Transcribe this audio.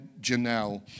Janelle